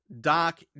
Doc